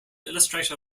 illustrator